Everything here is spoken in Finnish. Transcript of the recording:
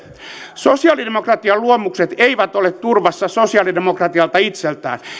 sosialidemokratian luomukset eivät ole turvassa sosialidemokratialta itseltään